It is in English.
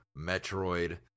Metroid